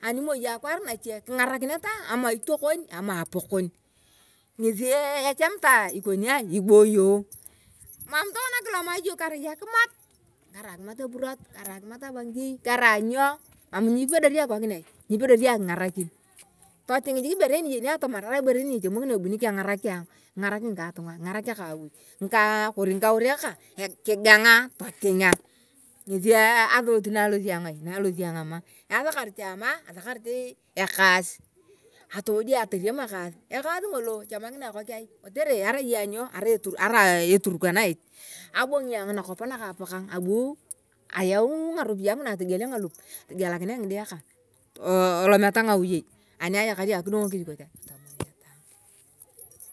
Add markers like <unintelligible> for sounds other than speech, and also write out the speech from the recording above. ani moi akwoor nachie kingarakinetea ama itiokhon ama apokhon. Ngesi echomitae ikona aee <hesitation> iboyoo. Mam tokona kilomoa iyong karai akimat! Karai akimat epurot, karai akimat ebangi karat akimat ebangi karai nyo. Mam nyipendon akikokin aii. Nyipedon akingarakin. Titing jik ebere ee iyeni atamar arai ibere een ni itiamokino ebuni kengarak ayong. Kingaruk ngikatunga kingarak akha awui ng’aka <hesitation> kori ngkaurek keng kiganga totingia. Ngesi <unintelligible> alosia anyongo ama asakarit ayong ama v asakarit ekoes <unintelligible> ayong asakarit ekaas. Ekaas ngolo chomakina ekhoki aii <hesitation> kotere arai ayong nyoo arai eturukanita abingi ayong nakopo na kaapakeny abuu ayau ngarupiyei nguna atogiet ngalup <hesitation> atogielakini ngide kang <unintelligible> tolometa ngauvyei. Ani achami ayong kidogo kechi ikote aii <unintelligible>